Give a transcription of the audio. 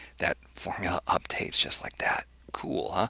that formula updates just like that. cool, huh?